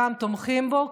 גם תומכים בו.